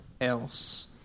else